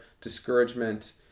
discouragement